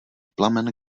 plamen